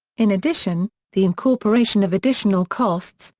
in addition, the incorporation of additional costs,